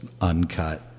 uncut